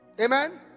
Amen